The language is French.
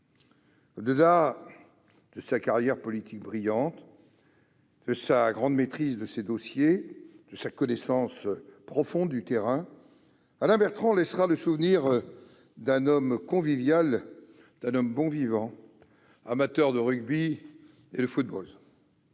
Au-delà de sa carrière politique brillante, de sa grande maîtrise de ses dossiers, de sa connaissance profonde du terrain, Alain Bertrand laissera le souvenir d'un homme convivial et bon vivant, amateur de rugby et de football.